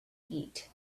eat